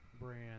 brand